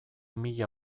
mila